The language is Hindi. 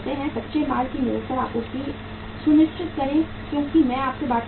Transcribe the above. कच्चे माल की निरंतर आपूर्ति सुनिश्चित करें क्योंकि मैं आपसे बात कर रहा हूं